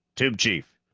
tube chief.